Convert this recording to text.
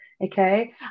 okay